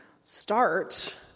start